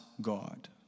God